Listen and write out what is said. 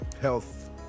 health